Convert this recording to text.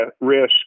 risk